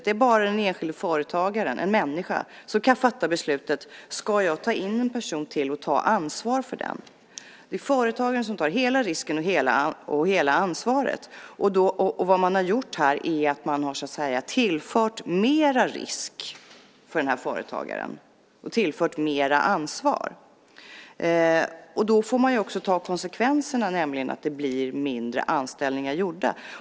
Det är bara den enskilda företagaren, en människa, som kan fatta beslut om han eller hon ska anställa en person till och ta ansvar för den personen. Det är ingen annan som kan fatta det beslutet. Det är företagaren som tar hela risken och hela ansvaret. Vad man har gjort här är att man har tillfört en större risk och mer ansvar för denna företagare. Då får man också ta konsekvenserna av detta, nämligen att det blir färre anställningar.